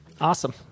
Awesome